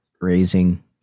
raising